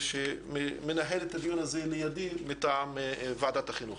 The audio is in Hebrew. שמנהלת את הדיון הזה לידי מטעם ועדת החינוך.